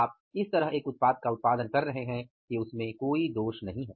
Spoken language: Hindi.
आप इस तरह एक उत्पाद का उत्पादन कर रहे हैं कि उसमे कोई दोष नहीं हैं